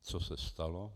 Co se stalo?